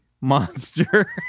Monster